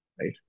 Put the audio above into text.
right